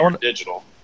digital